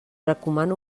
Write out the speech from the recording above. recomano